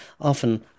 often